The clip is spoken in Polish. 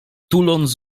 tuląc